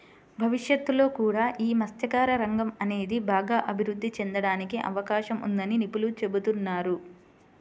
భవిష్యత్తులో కూడా యీ మత్స్యకార రంగం అనేది బాగా అభిరుద్ధి చెందడానికి అవకాశం ఉందని నిపుణులు చెబుతున్నారు